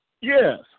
Yes